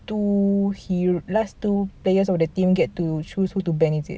two hero last two players of the team gets to choose who to ban is it